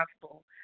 possible